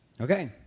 Okay